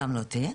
גם לא תהיה.